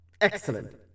Excellent